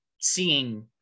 seeing